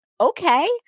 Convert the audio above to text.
okay